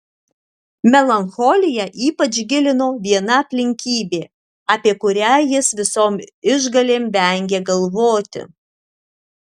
melancholiją ypač gilino viena aplinkybė apie kurią jis visom išgalėm vengė galvoti